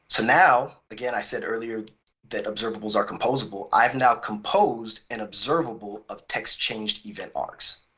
so now again, i said earlier that observables are composable, i've now composed an observable of text changed event arcs.